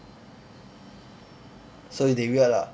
so they weird lah